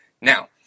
Now